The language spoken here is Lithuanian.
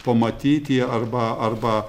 pamatyti arba arba